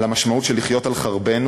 על המשמעות של לחיות על חרבנו,